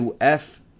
UF